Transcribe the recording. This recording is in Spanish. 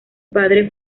padre